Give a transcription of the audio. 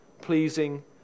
pleasing